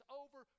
over